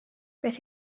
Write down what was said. beth